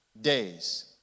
days